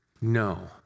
no